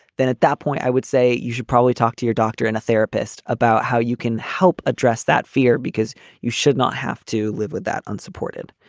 then at that point i would say you should probably talk to your doctor and a therapist about how you can help address that fear because you should not have to live with that unsupported.